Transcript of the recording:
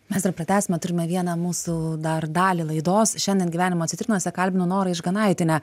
mes dar pratęsime turime vieną mūsų dar dalį laidos šiandien gyvenimo citrinose kalbinu norą išganaitienę